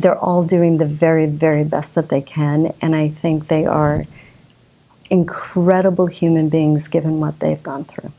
they're all doing the very very best that they can and i think they are incredible human beings given what they've gone through